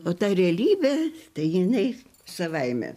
o ta realybė tai jinai savaime